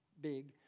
big